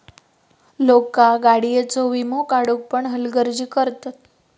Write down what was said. लोका गाडीयेचो वीमो काढुक पण हलगर्जी करतत